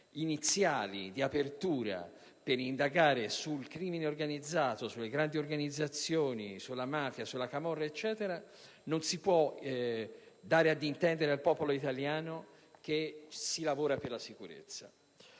iniziali di apertura per indagare sul crimine organizzato e sulla grandi organizzazioni criminali quali mafia e camorra, non si può dare ad intendere al popolo italiano che si sta lavorando per la sicurezza.